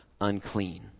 unclean